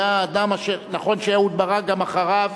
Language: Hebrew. היה האדם אשר נכון שאהוד ברק המשיך